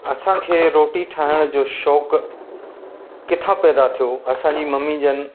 असांखे रोटी ठाहिण जो शौक़ु किथां पैदा थियो असांजी मम्मी जन